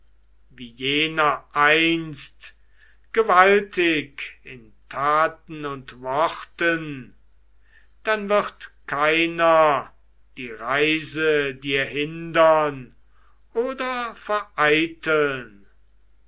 wie jener einst gewaltig in taten und worten vollenden dann wird keiner die reise dir hindern oder vereiteln